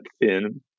thin